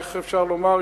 איך אפשר לומר,